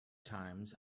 times